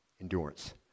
endurance